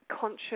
conscious